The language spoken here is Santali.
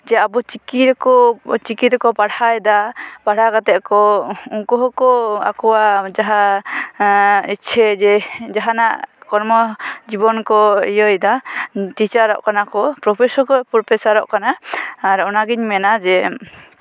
ᱡᱮ ᱟᱵᱚ ᱪᱤᱠᱤ ᱨᱮᱠᱚ ᱪᱤᱠᱤ ᱨᱮᱠᱚ ᱯᱟᱲᱦᱟᱣ ᱮᱫᱟ ᱯᱟᱲᱦᱟᱣ ᱠᱟᱛᱮᱜ ᱠᱚ ᱩᱱᱠᱩ ᱦᱚᱸᱠᱚ ᱟᱠᱚᱣᱟᱜ ᱡᱟᱦᱟᱸ ᱤᱪᱪᱷᱟᱹ ᱡᱮ ᱡᱟᱦᱟᱱᱟᱜ ᱠᱚᱨᱢᱚ ᱡᱤᱵᱚᱱ ᱠᱚ ᱤᱭᱟᱹᱭᱮᱫᱟ ᱴᱤᱪᱟᱨᱚᱜ ᱠᱟᱱᱟ ᱠᱚ ᱯᱨᱚᱯᱷᱮᱥ ᱦᱚᱸᱠᱚ ᱯᱨᱚᱯᱷᱮᱥᱟᱨ ᱚᱜ ᱠᱟᱱᱟ ᱟᱨ ᱚᱱᱟᱜᱤᱧ ᱢᱮᱱᱟ ᱡᱮ